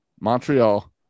Montreal